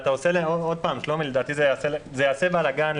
לדעתי זה יעשה בלגאן,